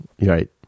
Right